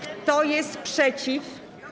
Kto jest przeciw?